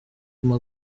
guma